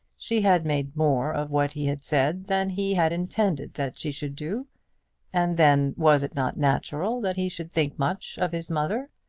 she had made more of what he had said than he had intended that she should do and then, was it not natural that he should think much of his mother,